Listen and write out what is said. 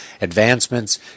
advancements